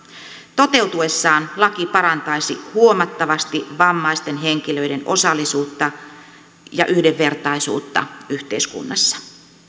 toteutuessaan laki parantaisi huomattavasti vammaisten henkilöiden osallisuutta ja yhdenvertaisuutta yhteiskunnassa